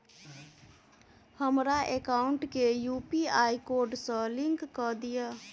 हमरा एकाउंट केँ UPI code सअ लिंक कऽ दिऽ?